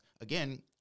again